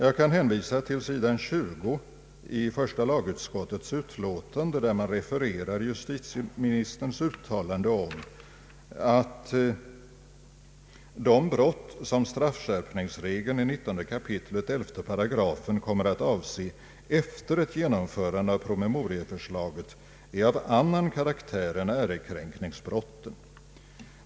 Jag kan hänvisa till sidan 20 i första lagutskottets utlåtande där man refererar justitieministerns uttalande om att de brott som straffskärpningsregeln i 19 kap. 11 8 kommer att avse efter ett genomförande av promemoriaförslaget är av annan karaktär än ärekränkningsbrotten.